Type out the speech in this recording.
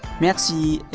merci,